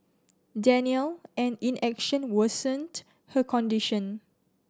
denial and inaction worsened her condition